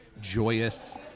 joyous